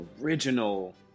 original